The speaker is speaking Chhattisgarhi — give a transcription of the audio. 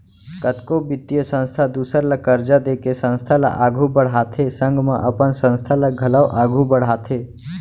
कतको बित्तीय संस्था दूसर ल करजा देके संस्था ल आघु बड़हाथे संग म अपन संस्था ल घलौ आघु बड़हाथे